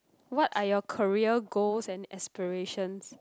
what are your career goals and aspirations